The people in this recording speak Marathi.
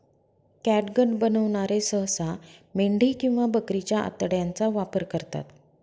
कॅटगट बनवणारे सहसा मेंढी किंवा बकरीच्या आतड्यांचा वापर करतात